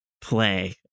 play